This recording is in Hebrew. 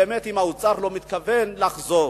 באמת, אם האוצר לא מתכוון לחזור